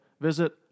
visit